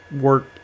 work